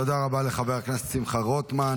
תודה רבה לחבר הכנסת שמחה רוטמן.